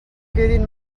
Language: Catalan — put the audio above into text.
quedin